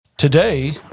Today